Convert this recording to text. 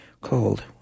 called